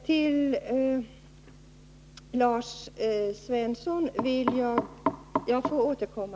Till Lars Svensson får jag återkomma.